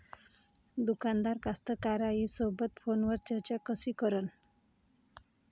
दुकानदार कास्तकाराइसोबत फोनवर चर्चा कशी करन?